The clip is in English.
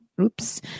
Oops